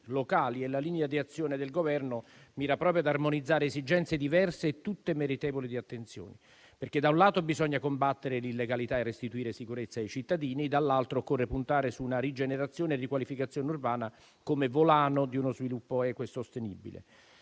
locali e la linea di azione del Governo mira proprio ad armonizzare esigenze diverse e tutte meritevoli di attenzione, perché da un lato bisogna combattere l'illegalità e restituire sicurezza ai cittadini, dall'altro occorre puntare su una rigenerazione e riqualificazione urbana come volano di uno sviluppo equo e sostenibile.